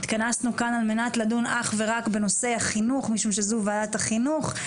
התכנסנו כאן על מנת לדון אך ורק בנושא חינוך משום שזו ועדת החינוך,